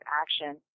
action